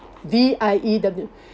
V I E W